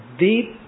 deep